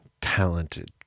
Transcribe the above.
talented